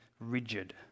Rigid